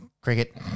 cricket